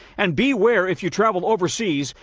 and be ware if you travel overseas,